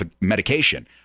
medication